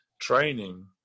training